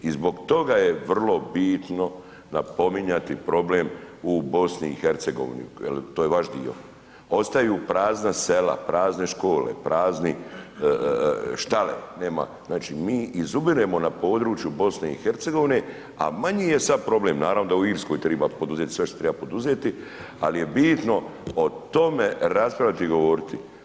I zbog toga je vrlo bitno napominjati problem u BiH-u jer to je vaš dio, ostaju prazna sela, prazne škole, prazne štale, znači mi izumiremo na području BiH-a a manji je sad problem, naravno da u Irskoj treba poduzeti sve šta treba poduzeti ali je bitno o tome raspravljati i govoriti.